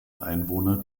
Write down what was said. einwohner